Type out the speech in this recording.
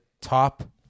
top –